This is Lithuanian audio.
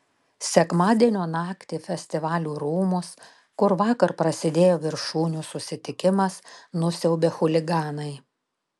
sekmadienio naktį festivalių rūmus kur vakar prasidėjo viršūnių susitikimas nusiaubė chuliganai